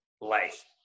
life